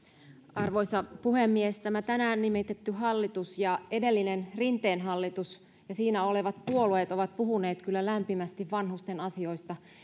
arvoisa puhemies tämä tänään nimitetty hallitus ja edellinen rinteen hallitus ja siinä olevat puolueet ovat puhuneet kyllä lämpimästi vanhusten asioista